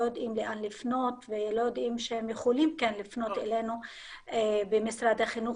יודעים לאן לפנות ולא יודעים שהם כן יכולים לפנות אלינו למשרד החינוך.